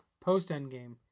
Post-Endgame